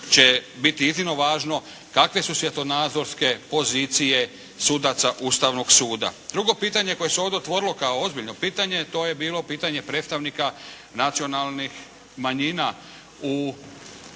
će biti iznimno važno kakve su svjetonadzorske pozicije sudaca Ustavnog suda. Drugo pitanje koje se ovdje otvorilo kao ozbiljno pitanje, to je bilo pitanje predstavnika nacionalnih manjina u sudbenoj